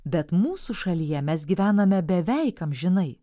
bet mūsų šalyje mes gyvename beveik amžinai